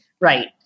Right